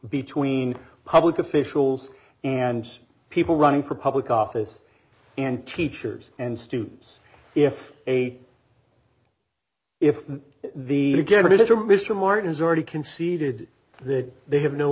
between public officials and people running for public office and teachers and students if a if the legalities are mr martin's already conceded that they